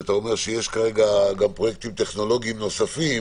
שבה אתה אומר שיש כרגע פרויקטים טכנולוגיים נוספים